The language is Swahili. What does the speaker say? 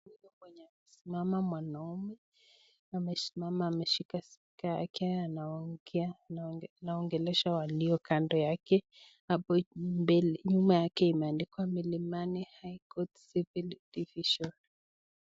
Hapa pamesimama mwanaume, amesimama ameshika sikuo yake anaongea , anaongelesha walio kando yake hapo, nyuma yake imeandikwa milimani high courts civil division